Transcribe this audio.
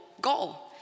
goal